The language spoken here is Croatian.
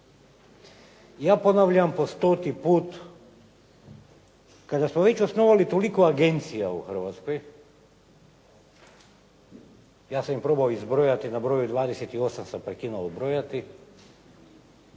Ja ponavljam po stoti put, kada smo već osnovali toliko agencija u Hrvatskoj, ja sam ih probao izbrojati, nabrojao 28 sam prekinuo brojati.